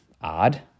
odd